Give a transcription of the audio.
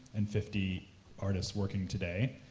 and fifty artists working today,